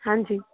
ਹਾਂਜੀ